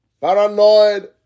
Paranoid